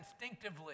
instinctively